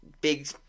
big